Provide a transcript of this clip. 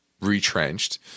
retrenched